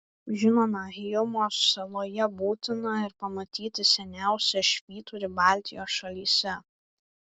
žinoma hyjumos saloje būtina ir pamatyti seniausią švyturį baltijos šalyse